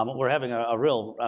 um we're having a ah real,